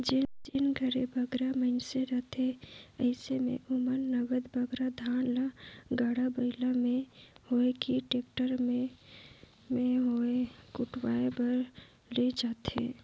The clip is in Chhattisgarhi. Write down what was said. जेन घरे बगरा मइनसे रहथें अइसे में ओमन नगद बगरा धान ल गाड़ा बइला में होए कि टेक्टर में होए कुटवाए बर लेइजथें